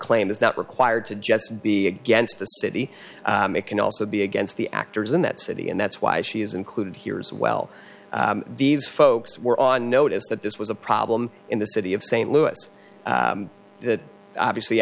claim is not required to just be against the city it can also be against the actors in that city and that's why she is included here as well these folks were on notice that this was a problem in the city of st louis obviously